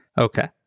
Okay